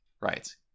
Right